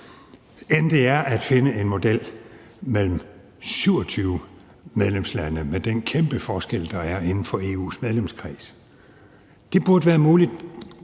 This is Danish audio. end det er at finde en model mellem 27 medlemslande med den kæmpe forskel, der er inden for EU's medlemskreds. Det burde være muligt